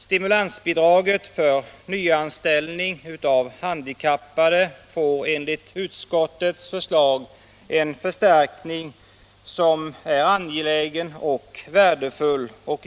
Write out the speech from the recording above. Stimulansbidraget för nyanställning av handikappade får enligt utskottets förslag en förstärkning, som är angelägen och värdefull.